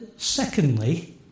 Secondly